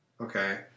Okay